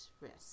risk